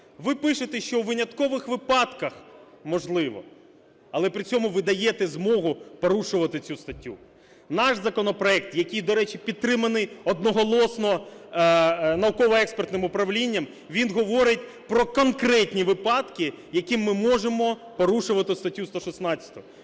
Ви пишете, що у виняткових випадках можливо, але при цьому ви даєте змогу порушувати цю статтю. Наш законопроект, який, до речі, підтриманий одноголосно науково-експертним управлінням, він говорить про конкретні випадки, які ми можемо порушувати, в статті 116,